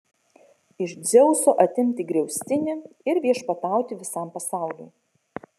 iš dzeuso atimti griaustinį ir viešpatauti visam pasauliui